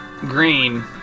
green